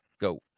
Go